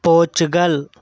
Portugal